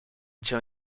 cię